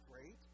great